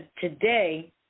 today